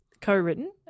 Co-written